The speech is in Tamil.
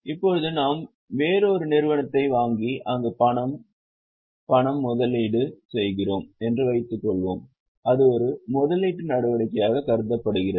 இப்போது நாம் வேறொரு நிறுவனத்தைப் வாங்கி அங்கு பணம் பணம் முதலீடு செயகிறோம் என்று வைத்துக்கொள்வோம் அது ஒரு முதலீட்டு நடவடிக்கையாக கருதப்படுகிறது